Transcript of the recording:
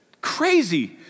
crazy